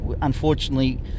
unfortunately